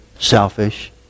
selfish